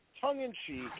tongue-in-cheek